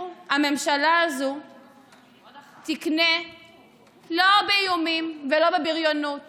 הממשלה הזו תקנה לא באיומים ולא בבריונות